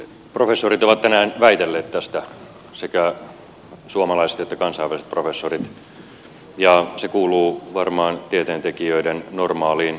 professorit ovat tänään väitelleet tästä sekä suomalaiset että kansainväliset professorit ja se kuuluu varmaan tieteentekijöiden normaaliin toimintaan